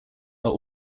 are